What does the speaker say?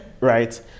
right